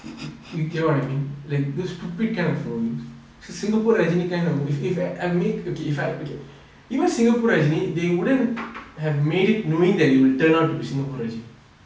you get what I mean like the stupid kind of films so singapore rajani kind of movie if ah I make okay if I okay even singapore rajani they wouldn't have made it knowing that it will turn out to be singapore rajani